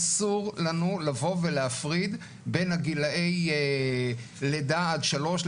אסור לנו לבוא ולהפריד בין גילאי לידה עד שלוש,